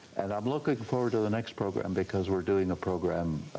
and i'm looking forward to the next program because we're doing a program